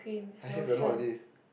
I have a lot already